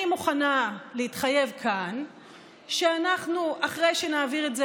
אני מוכנה להתחייב כאן שאחרי שנעביר את זה